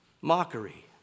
mockery